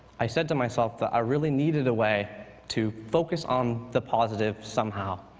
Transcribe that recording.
i said to myself that i really needed a way to focus on the positive somehow.